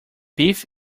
beef